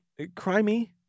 crimey